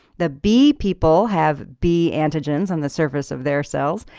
the b people have b antigens on the surface of their cells.